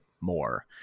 more